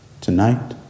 tonight